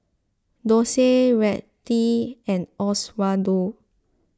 Dorsey Rettie and Oswaldo